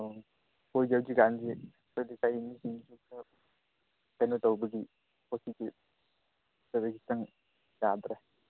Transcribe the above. ꯑꯣ ꯑꯩꯈꯣꯏꯗꯤ ꯍꯧꯖꯤꯛ ꯀꯥꯟꯗꯤ ꯑꯩꯈꯣꯏ ꯂꯩꯀꯥꯏ ꯃꯤꯁꯤꯡꯁꯤ ꯈꯔ ꯀꯩꯅꯣ ꯇꯧꯕꯒꯤ ꯄꯣꯠꯁꯤꯠꯇꯤ ꯑꯩꯈꯣꯏꯗꯤ ꯈꯤꯇꯪ ꯌꯥꯗ꯭ꯔꯦ